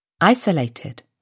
isolated